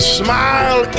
smile